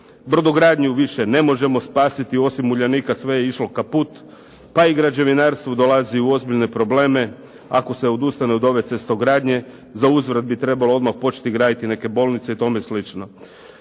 brodogradnju više ne može spasiti, osim uljanika sve je išlo kaput, pa i građevinarstvo dolazi u ozbiljne probleme. Ako se odustane od ove cestogradnje zauzvrat bi trebalo odmah početi graditi neke bolnice i tome slično.